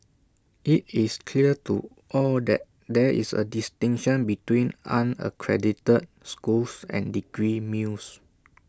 IT is clear to all that there is A distinction between unaccredited schools and degree mills